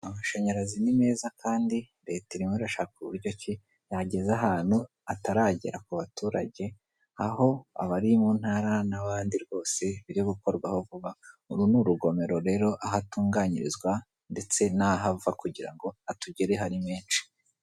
Amashanyarazi ni meza kandi Leta irimo irashaka uburyi ki yayageza ahantu ataragera ku baturage, aho abari mu ntara n'abandi rwose biribukorweho vuba. Uru ni urugomero rero aho atunganyirizwa ndetese n'aho ava kugira ngo atugereho ari menshi.